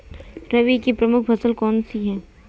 रबी की प्रमुख फसल कौन सी है?